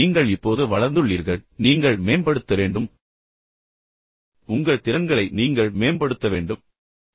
எனவே நீங்கள் இப்போது வளர்ந்துள்ளீர்கள் ஆனால் நீங்கள் மேம்படுத்த வேண்டும் உங்கள் திறன்களை நீங்கள் மேம்படுத்த வேண்டும்